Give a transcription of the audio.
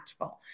impactful